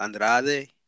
Andrade